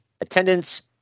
Attendance